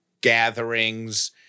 gatherings